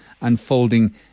unfolding